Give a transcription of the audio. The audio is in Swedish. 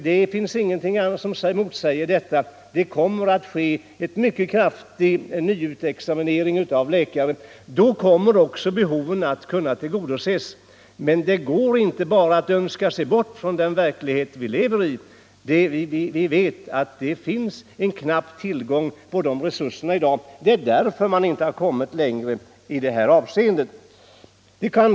Det finns ingenting som motsäger att det kommer att bli en mycket kraftig ökning av utexamineringen av läkare, och då kommer också behoven att kunna tillgodoses. Däremot går det inte att bara önska sig bort från den verklighet vi lever i. Vi vet att tillgången på resurser i dag är knapp, och det är därför vi inte kommit längre i det här avseendet.